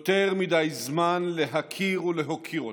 יותר מדי זמן להכיר ולהוקיר אותם.